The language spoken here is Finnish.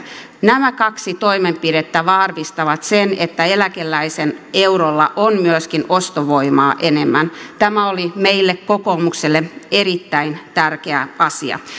nämä kaksi toimenpidettä varmistavat sen että eläkeläisen eurolla on myöskin ostovoimaa enemmän tämä oli meille kokoomukselle erittäin tärkeä asia